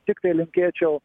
tiktai linkėčiau